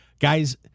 Guys